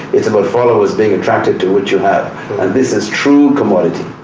it's about followers being attracted to what you have. and this is true commodity.